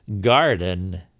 garden